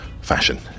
fashion